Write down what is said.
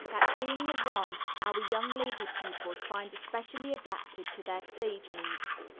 that being the one our young lady pupils find especially adapted to their stage needs.